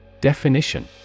Definition